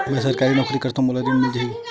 मै सरकारी नौकरी करथव मोला ऋण मिल जाही?